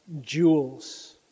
jewels